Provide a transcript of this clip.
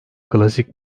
klasik